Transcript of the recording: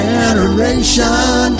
Generation